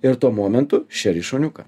ir tuo momentu šeri šuniuką